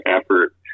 effort